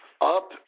up